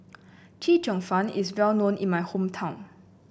Chee Cheong Fun is well known in my hometown